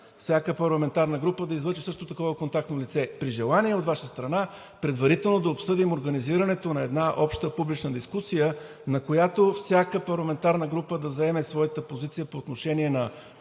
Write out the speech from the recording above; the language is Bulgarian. всяка парламентарна група да излъчи също такова контактно лице. При желание от Ваша страна предварително да обсъдим организирането на една обща публична дискусия, на която всяка парламентарна група да заеме своята позиция по отношение